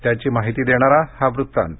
त्याची माहिती देणारा हा वृत्तांत